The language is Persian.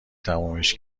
تمومش